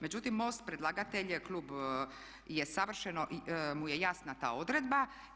Međutim MOST, predlagatelj je, klub, je savršeno mu je jasna ta odredba.